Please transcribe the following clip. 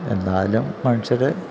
എന്നാലും മനുഷ്യര്